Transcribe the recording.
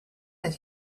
that